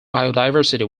biodiversity